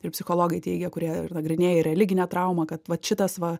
ir psichologai teigia kurie ir nagrinėja ir religinę traumą kad vat šitas va